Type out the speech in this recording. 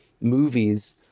movies